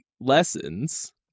lessons